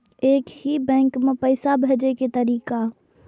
एक ही बैंक मे पैसा भेजे के तरीका?